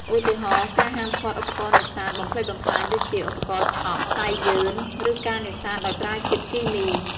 ឧទាហរណ៍ ការហាមឃាត់ឧបករណ៍នេសាទបំផ្លិចបំផ្លាញដូចជា ឧបករណ៍ឆក់ សៃយឺន ឬការនេសាទដោយប្រើជាតិគីមី។